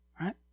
right